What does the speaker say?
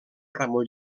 ramon